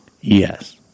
Yes